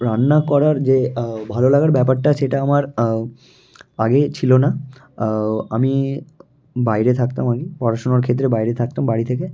রান্না করার যে ভালো লাগার ব্যাপারটা সেটা আমার আগে ছিলো না আমি বাইরে থাকতাম আমি পড়াশোনার ক্ষেত্রে বাইরে থাকতাম বাড়ি থেকে